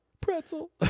pretzel